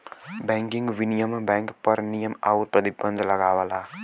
bank विनियमन bank पर नियम आउर प्रतिबंध लगावला